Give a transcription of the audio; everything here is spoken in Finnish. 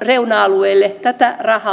reuna alueille tätä rahaa liikenee